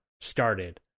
started